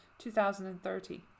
2030